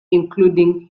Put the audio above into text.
including